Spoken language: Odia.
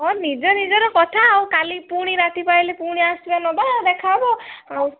ହଁ ନିଜ ନିଜର କଥା ଆଉ କାଲି ପୁଣି ରାତି ପାହିଲେ ପୁଣି ଆସିବା ନେବା ଦେଖା ହେବ ଆଉ